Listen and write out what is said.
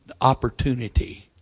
opportunity